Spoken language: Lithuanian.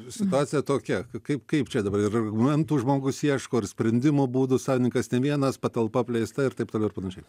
situacija tokia kaip kaip čia dabar ir argumentų žmogus ieško ir sprendimo būdų savininkas ne vienas patalpa apleista ir taip toliau ir panašiai